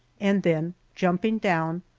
and then jumping down,